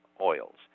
oils